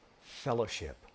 fellowship